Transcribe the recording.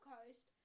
Coast